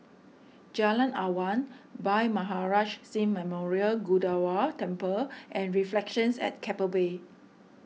Jalan Awan Bhai Maharaj Singh Memorial Gurdwara Temple and Reflections at Keppel Bay